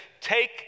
Take